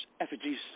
effigies